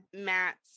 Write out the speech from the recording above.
Matt's